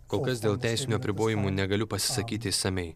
kol kas dėl teisinių apribojimų negaliu pasisakyti išsamiai